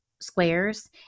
squares